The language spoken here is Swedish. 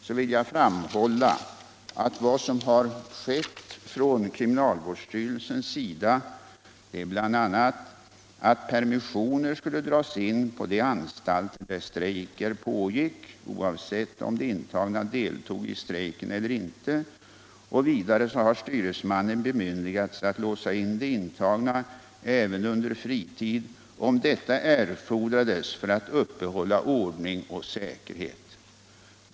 Jag vill framhålla att vad som har föreskrivits från kriminalvårdsstyrelsens sida är bl.a. att permissioner skulle dras in på de anstalter där strejker pågick, oavsett om de intagna deltog i strejken eller inte. Vidare har styresmannen bemyndigats att låsa in de intagna även under fritid om detta erfordrades för att ordning och säkerhet skulle kunna upprätthållas.